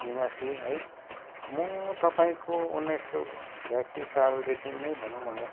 निवासी है म तपाईँको उन्नाइस सय छ्यासी सालदेखि नै भनौँ भने